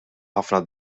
ħafna